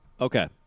Okay